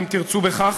אם תרצו בכך,